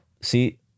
See